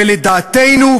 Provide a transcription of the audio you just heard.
ולדעתנו,